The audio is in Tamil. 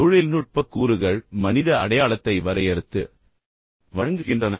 தொழில்நுட்பக் கூறுகள் மனித அடையாளத்தை வரையறுத்து வழங்குகின்றன